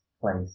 place